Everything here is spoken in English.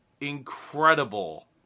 incredible